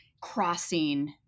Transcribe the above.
crossing